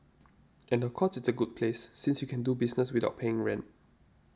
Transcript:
and of course it's a good place since you can do business without paying rent